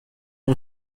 اون